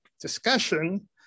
discussion